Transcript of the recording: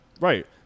right